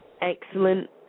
Excellent